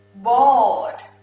bored,